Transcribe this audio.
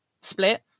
split